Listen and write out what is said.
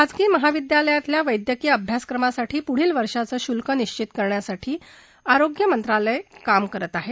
खाजगी महाविद्यालयातल्या वैद्यकिय अभ्यासक्रमासाठी पुढील वर्षाचं शुल्क निश्वित करण्यासाठी आरोग्य मंत्रालय आरोग्य मंत्रालय काम करत आहे